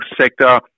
sector